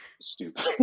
stupid